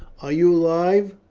are you alive?